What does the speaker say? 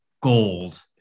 gold